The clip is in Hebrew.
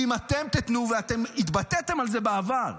ואם אתם תיתנו, ואתם התבטאתם על זה בעבר,